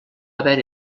haver